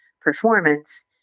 performance